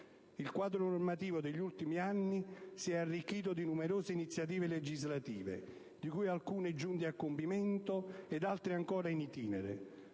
Il quadro normativo degli ultimi anni si è arricchito di numerose iniziative legislative, di cui alcune giunte a compimento ed altre ancora *in itinere*.